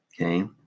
Okay